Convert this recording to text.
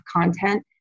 content